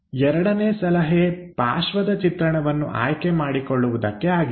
ಎರಡನೇ ಸಲಹೆ ಪಾರ್ಶ್ವದ ಚಿತ್ರಣವನ್ನು ಆಯ್ಕೆ ಮಾಡಿಕೊಳ್ಳುವುದಕ್ಕೆ ಆಗಿದೆ